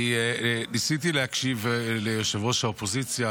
ניסיתי להקשיב לראש האופוזיציה,